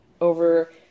over